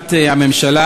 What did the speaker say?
לתמיכת הממשלה,